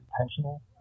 intentional